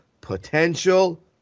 potential